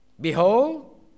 Behold